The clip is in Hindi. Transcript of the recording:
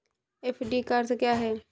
एफ.डी का अर्थ क्या है?